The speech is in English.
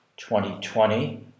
2020